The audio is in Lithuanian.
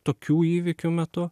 tokių įvykių metu